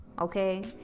okay